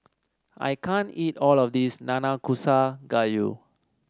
I can't eat all of this Nanakusa Gayu